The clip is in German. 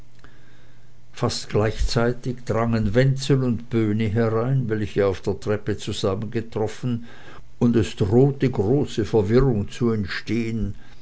fast gleichzeitig drangen wenzel und böhni herein welche auf der treppe zusammengetroffen und es drohte eine große verwirrung zu entstehen